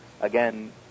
again